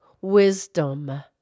wisdom